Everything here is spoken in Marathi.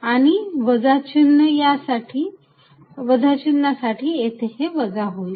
आणि वजा चिन्हा साठी हे येथे वजा होईल